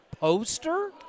poster